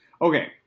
Okay